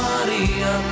Maria